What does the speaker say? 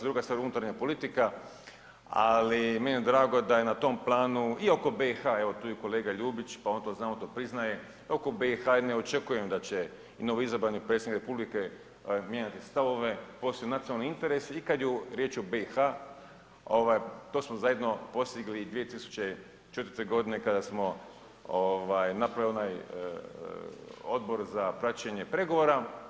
Druga stvar unutarnja politika, ali meni je drago da je na tom planu i oko BiH evo tu je i kolega Ljubić pa on to zna, on to priznaje, oko BiH i ne očekujem da će i novoizabrani predsjednik republike mijenjati stavove, posebno nacionalne interese i kad je riječ o BiH ovaj to smo zajedno postigli 2004. godine kada smo ovaj napravili onaj odbor za praćenje pregovora.